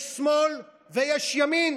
יש שמאל ויש ימין.